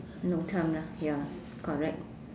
no time lah ya correct